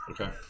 Okay